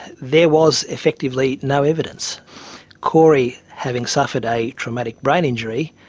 there was effectively no evidence corey, having suffered a traumatic brain injury,